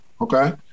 Okay